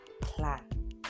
plan